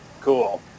cool